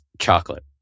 chocolate